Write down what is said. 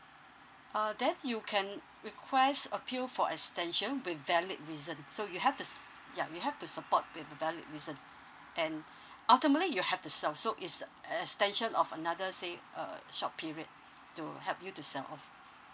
uh then you can request appeal for extension with valid reason so you have to s~ ya you have to support with valid reason and ultimately you have to sell so it's a extension of another say uh short period to help you to sell off